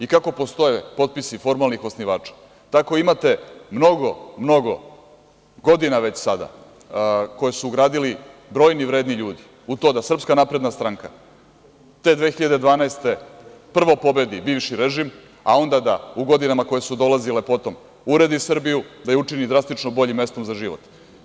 I, kako postoje potpisi formalnih osnivača, tako imate mnogo godina već sada koje su gradili brojni vredni ljudi u to da SNS te 2012. godine prvo pobedi bivši režim, a ona da u godinama koje dolazile potom uredi Srbiju da je učini drastično boljim mestom za život.